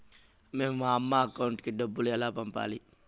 మేము మా అమ్మ అకౌంట్ కి డబ్బులు ఎలా పంపాలి